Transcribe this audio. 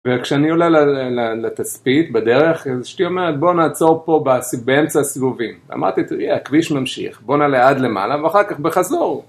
וכשאני עולה לתצפית בדרך, אז אשתי אומרת בוא נעצור פה באמצע הסיבובים. אמרתי, תראי הכביש ממשיך, בוא נעלה עד למעלה ואחר כך בחזור